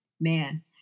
man